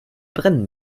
brennen